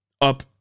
up